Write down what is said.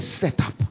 setup